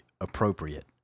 appropriate